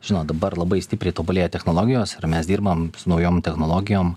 žinot dabar labai stipriai tobulėja technologijos ir mes dirbam su naujom technologijom